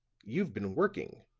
you've been working.